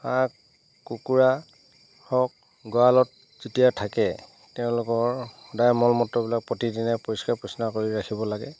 হাঁহ কুকুৰা হওক গঁৰাালত যেতিয়া থাকে তেওঁলোকৰ সদায় মল মূত্ৰবিলাক প্ৰতিদিনে পৰিষ্কাৰ পৰিচ্ছন্ন কৰি ৰাখিব লাগে